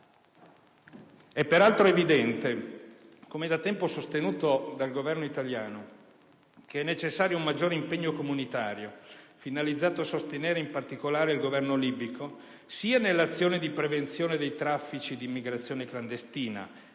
È peraltro evidente - come da tempo sostenuto dal Governo italiano - che è necessario un maggior impegno comunitario finalizzato a sostenere in particolare il Governo libico sia nell'azione di prevenzione dei traffici di immigrazione clandestina